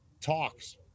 talks